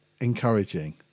encouraging